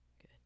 Good